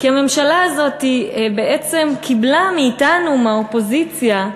כי הממשלה הזאת, בעצם, קיבלה מאתנו, מהאופוזיציה,